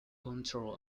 control